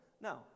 No